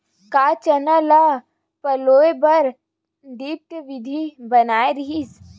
का चना ल पलोय बर ड्रिप विधी बने रही?